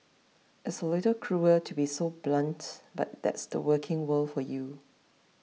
it's a little cruel to be so blunt but that's the working world for you